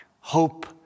hope